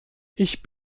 ich